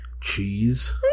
cheese